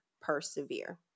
persevere